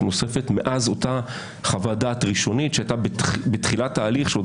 נוספת מאז אותה חוות דעת ראשונית שהייתה בתחילת ההליך עת